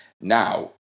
now